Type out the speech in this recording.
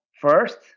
first